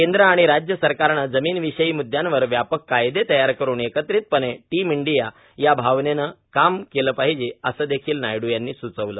केंद्र आणि राज्य सरकारनं जमीन विषयी मृद्यांवर व्यापक कायदे तयार करून एकत्रितपणे टीम इंडिया या आवनेनं काम केलं पाहिजे असं देखील नायडू यांनी स्चवलं